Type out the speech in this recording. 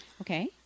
Okay